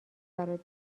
برات